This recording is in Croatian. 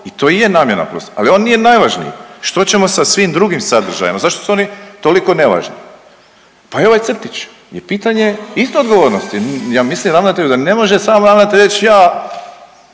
i to i je i namjena, ali on nije najvažniji. Što ćemo sa svim drugim sadržajima, zašto su oni toliko nevažni? Pa i ovaj crtić je pitanje isto odgovornosti. Ja mislim ravnatelju da ne može sam ravnatelj reći ja